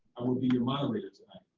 i will be your moderator tonight.